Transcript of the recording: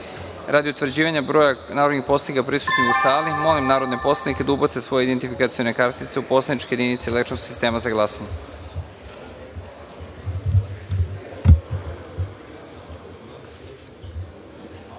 utvrđivanja broja narodnih poslanika prisutnih u sali, molim narodne poslanike da ubace svoje identifikacione kartice u poslaničke jedinice elektronskog sistema za glasanje. Na